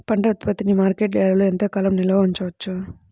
పంట ఉత్పత్తిని మార్కెట్ యార్డ్లలో ఎంతకాలం నిల్వ ఉంచవచ్చు?